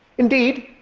indeed,